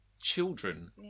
Children